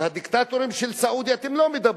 על הדיקטטורים של סעודיה אתם לא מדברים,